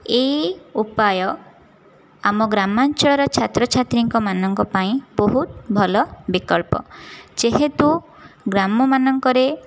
ଏହି ଉପାୟ ଆମ ଗ୍ରାମାଞ୍ଚଳର ଛାତ୍ର ଛାତ୍ରୀଙ୍କମାନଙ୍କ ପାଇଁ ବହୁତ ଭଲ ବିକଳ୍ପ ଯେହେତୁ ଗ୍ରାମମାନଙ୍କରେ